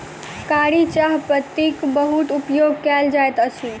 कारी चाह पत्तीक बहुत उपयोग कयल जाइत अछि